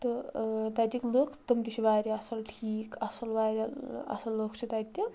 تہٕ تتیِکۍ لُکھ تِم تہِ چھِ واریاہ اصل ٹھیٖک اصل واریاہ اصل لُکھ چھِ تتہِ تہِ